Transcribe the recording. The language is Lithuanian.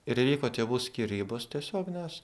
ir įvyko tėvų skyrybos tiesiog nes